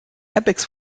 airbags